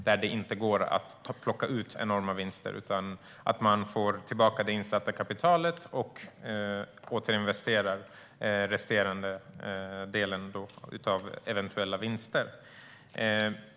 Här går det inte att plocka ut enorma vinster, utan man får tillbaka insatt kapital och återinvesterar eventuell resterande vinst.